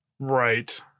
right